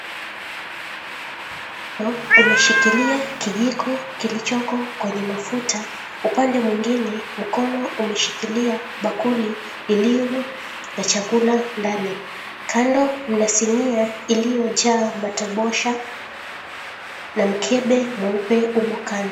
Mkono umeshikilia kijiko kilichoko kwenye mafuta. Upande mwingine, mkono umeshikilia bakuli lililo na chakula ndani. Kando mna sinia iliyojaa matobosha na mkebe mweupe umo kando.